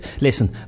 Listen